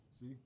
See